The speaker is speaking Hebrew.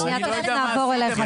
דקה, תכף נעבור אליך.